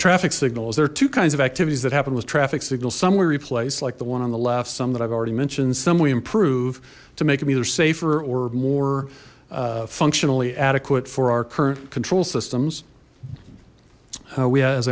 traffic signals there are two kinds of activities that happen with traffic signal some we replace like the one on the left some that i've already mentioned some we improve to make them either safer or more functionally adequate for our current control systems we as